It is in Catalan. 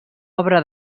obra